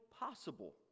possible